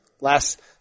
last